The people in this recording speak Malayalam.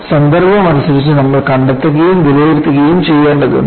സന്ദർഭം അനുസരിച്ച് നമ്മൾ കണ്ടെത്തുകയും വിലയിരുത്തുകയും ചെയ്യേണ്ടതുണ്ട്